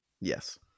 Yes